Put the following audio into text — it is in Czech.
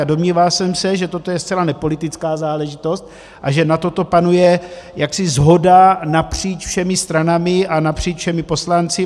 Domníval jsem se, že toto je zcela nepolitická záležitost a že na tomto panuje shoda napříč všemi stranami a napříč všemi poslanci.